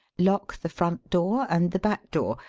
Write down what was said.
lock the front-door and the back door.